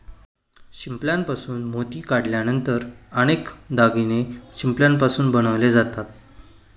शिंपल्यापासून मोती काढल्यानंतर अनेक दागिने शिंपल्यापासून बनवले जातात